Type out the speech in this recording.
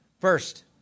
First